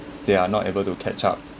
they are not able to catch up